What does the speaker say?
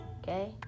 Okay